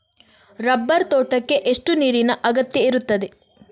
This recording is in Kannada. ರಬ್ಬರ್ ತೋಟಕ್ಕೆ ಎಷ್ಟು ನೀರಿನ ಅಗತ್ಯ ಇರುತ್ತದೆ?